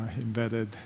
embedded